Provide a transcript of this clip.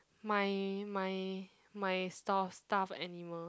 my my my stores stuff animal